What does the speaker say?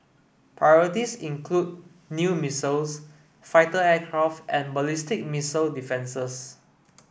priorities include new missiles fighter aircraft and ballistic missile defences